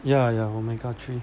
ya ya omega three